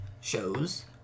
shows